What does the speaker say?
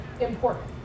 important